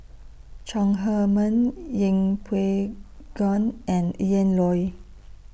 Chong Heman Yeng Pway Ngon and Ian Loy